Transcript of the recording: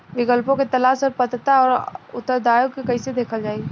विकल्पों के तलाश और पात्रता और अउरदावों के कइसे देखल जाइ?